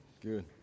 Good